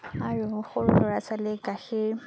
আৰু সৰু ল'ৰা ছোৱালীক গাখীৰ